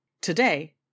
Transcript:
Today